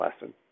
lesson